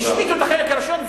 השמיטו את החלק הראשון,